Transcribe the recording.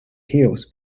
heels